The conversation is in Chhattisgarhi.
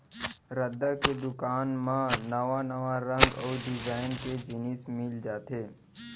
रद्दा के दुकान म नवा नवा रंग अउ डिजाइन के जिनिस मिल जाथे